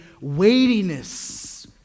weightiness